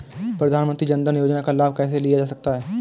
प्रधानमंत्री जनधन योजना का लाभ कैसे लिया जा सकता है?